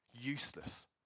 Useless